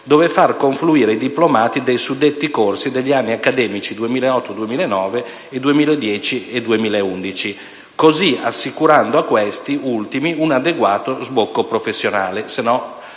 dove far confluire i diplomati dei suddetti corsi negli anni accademici dal 2008-2009 al 2010-2011, assicurando in tal modo a questi ultimi un adeguato sbocco professionale.